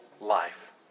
life